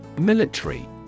Military